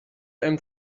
einem